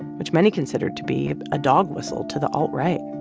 which many considered to be a dog whistle to the alt-right.